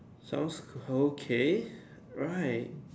sounds okay right